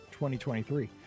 2023